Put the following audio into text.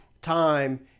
time